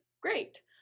great